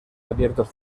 abiertos